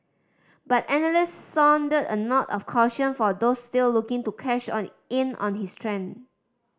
but analysts sounded a note of caution for those still looking to cash on in on his trend